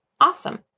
awesome